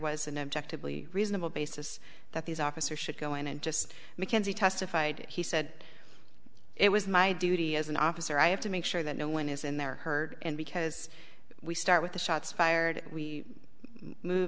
was an objectively reasonable basis that these officers should go in and just mckenzie testified he said it was my duty as an officer i have to make sure that no one is in there heard and because we start with the shots fired we move